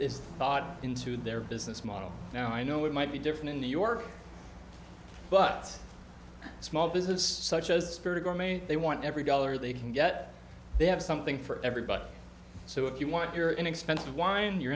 this thought into their business model now i know it might be different in new york but small business such as they want every dollar they can get they have something for everybody so if you want your inexpensive wine your